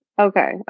okay